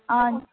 ആ